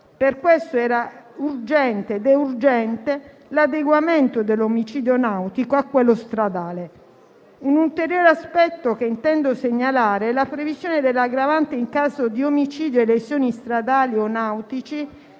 Per questo era ed è urgente l'adeguamento dell'omicidio nautico a quello stradale. Un ulteriore aspetto che intendo segnalare è la previsione dell'aggravante in caso di omicidio e lesioni stradali o nautici